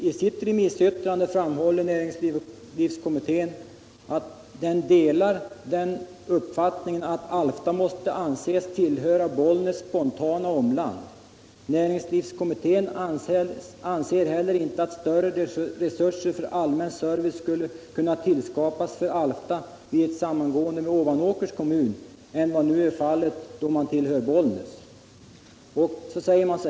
I sitt remissyttrande framhåller näringslivskommittén att den delar uppfattningen att Alfta måste anses tillhöra Bollnäs spontana omland. Vidare heter det i yttrandet: ”Näringslivskommittén anser heller inte att större resurser för allmän service skulle kunna tillskapas för Alfta vid ett samgående med Ovanåkers kommun än vad nu är fallet då man tillhör Bollnäs.